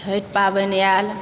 छठि पाबनि आएल